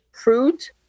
fruit